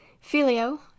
Filio